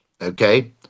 okay